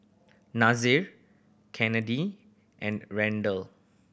Nasir and Randel